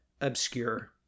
obscure